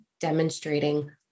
demonstrating